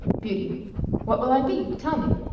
beauty what will i be? tell me?